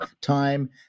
time